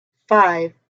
five